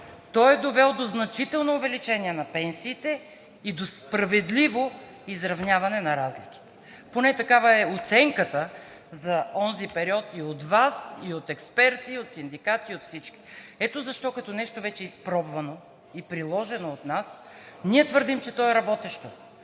Той е довел до значително увеличение на пенсиите и до справедливо изравняване на разликите. Поне такава е оценката за онзи период и от Вас, и от експерти, и от синдикати, и от всички. Ето защо като нещо вече е изпробвано и приложено от нас, ние твърдим, че то е работещо